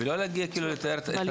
ולא להגיע כאילו לתאר את המצב.